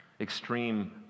extreme